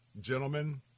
Gentlemen